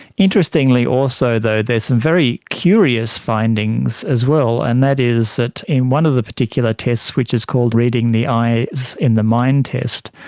interestingly also though there is some very curious findings as well, and that is that in one of the particular tests which is called reading the eyes in the mind test,